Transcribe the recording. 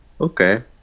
Okay